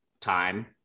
time